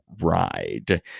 ride